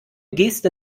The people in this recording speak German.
geste